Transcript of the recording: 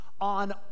on